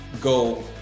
go